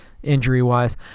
Injury-wise